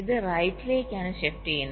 ഇത് റൈറ്റിലേക്കാണ് ഷിഫ്റ്റ് ചെയ്യുന്നത്